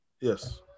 Yes